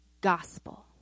gospel